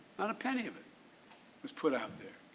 not a penny of it was put out there.